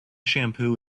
shampoo